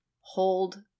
hold